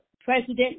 president